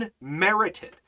unmerited